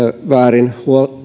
väärin